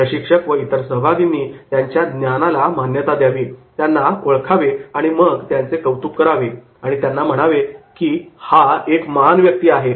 प्रशिक्षक व इतर सहभागींनी त्यांच्या ज्ञानाला मान्यता द्यावी त्यांना ओळखावे आणि मग त्यांचे कौतुक करावे आणि त्यांना म्हणावे की 'हा एक महान व्यक्ती आहे